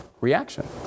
reaction